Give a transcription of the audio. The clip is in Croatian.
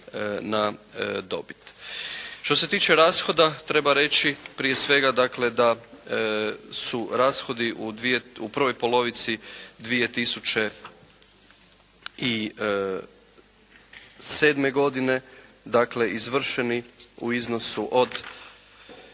na dobit. Što se tiče rashoda treba reći prije svega dakle da su rashodi u prvoj polovici 2007. godine dakle izvršeni u iznosu od